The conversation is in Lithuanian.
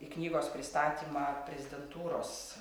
į knygos pristatymą prezidentūros